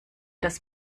das